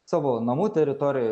savo namų teritorijoj